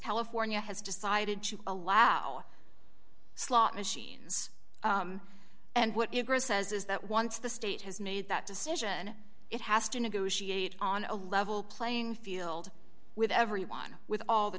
california has decided to allow slot machines and what it says is that once the state has made that decision it has to negotiate on a level playing field with everyone with all the